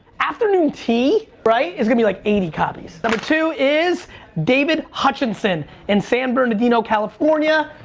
afternoon tea, right, is gonna be like eighty copies. number two is david hutchinson in san bernardino, california.